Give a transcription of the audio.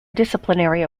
disciplinary